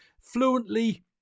fluently